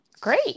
great